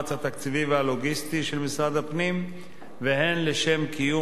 והלוגיסטי של משרד הפנים והן לשם קיום אחידות,